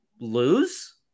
lose